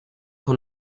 abo